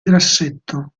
grassetto